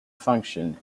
function